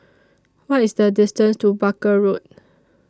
What IS The distance to Barker Road